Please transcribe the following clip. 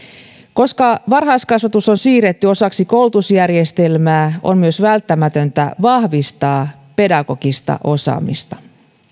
koska varhaiskasvatus on siirretty osaksi koulutusjärjestelmää on myös välttämätöntä vahvistaa pedagogista osaamista